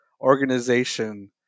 organization